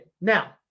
Now